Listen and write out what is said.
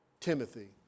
Timothy